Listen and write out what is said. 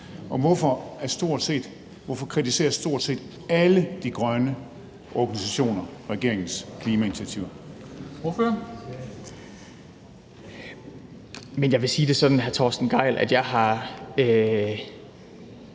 Og hvorfor kritiserer stort set alle de grønne organisationer regeringens klimainitiativer? Kl. 10:18 Formanden (Henrik